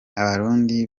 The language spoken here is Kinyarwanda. abarundi